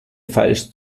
falsch